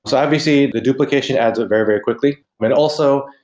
so obviously, the duplication adds up very, very quickly. but also,